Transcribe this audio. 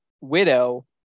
widow